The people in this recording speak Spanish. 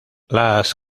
las